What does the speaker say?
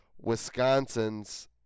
Wisconsin's